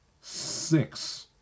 six